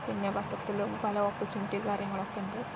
പിന്നെ പത്രത്തിൽ പല ഓപ്പർച്യൂണിറ്റി കാര്യങ്ങളൊക്കെ ഉണ്ട്